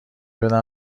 بدن